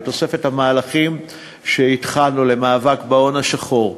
בתוספת המהלכים שהתחלנו במאבק בהון השחור,